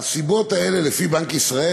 לפי בנק ישראל,